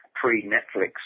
pre-Netflix